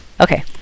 Okay